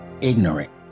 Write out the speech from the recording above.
ignorant